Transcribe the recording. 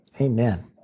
Amen